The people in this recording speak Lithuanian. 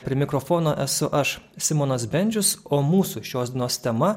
prie mikrofono esu aš simonas bendžius o mūsų šios dienos tema